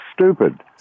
stupid